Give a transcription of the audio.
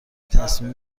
تصمیم